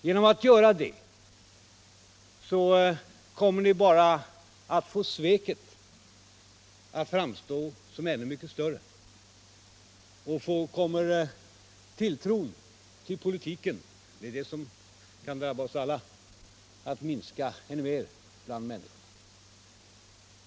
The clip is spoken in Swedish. Genom att göra det kommer ni bara att få sveket att framstå som ännu mycket större och att få människors tilltro till politiken — det är det som kan drabba oss alla — att minska ännu mer.